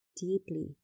deeply